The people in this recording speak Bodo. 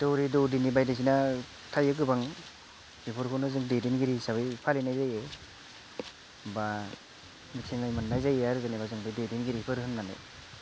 दौरि दौदिनि बायदिखोनो थायो गोबां बेफोरखौनो जों दैदेनगिरि हिसाबै फालिनाय जायो बा मिथिनो मोननाय जायो जे बे दैदेनगिरिफोर होननानै